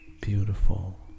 beautiful